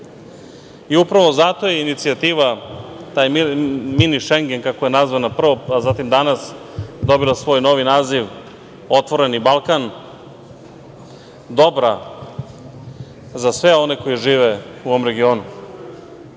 opravda. Upravo zato je inicijativa, taj „mini Šengen“ kako je nazvan, a zatim danas dobila svoj novi naziv – otvoreni Balkan, dobra za sve one koji žive u ovom regionu,